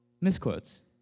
misquotes